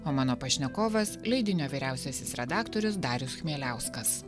o mano pašnekovas leidinio vyriausiasis redaktorius darius chmieliauskas